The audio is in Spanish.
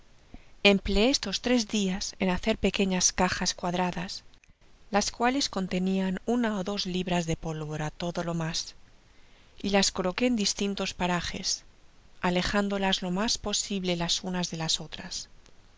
empleó estos tres lias eu hacer pequeñas cajas cuadradas las cuales contenian una ó dos libras de pólvora todo lo mas y las coloqué en distintos parajes alejándolas lo mas posible las unas de las otras